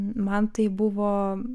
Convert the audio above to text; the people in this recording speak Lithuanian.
man tai buvo